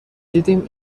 دیدیم